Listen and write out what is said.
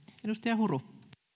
edustaja huru